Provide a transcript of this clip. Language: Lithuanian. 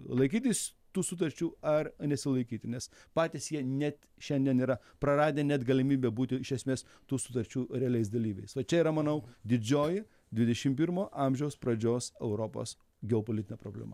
laikytis tų sutarčių ar nesilaikyti nes patys jie net šiandien yra praradę net galimybę būti iš esmės tų sutarčių realiais dalyviais vat čia yra manau didžioji dvidešim pirmo amžiaus pradžios europos geopolitinė problema